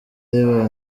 riba